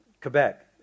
Quebec